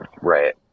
right